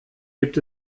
gibt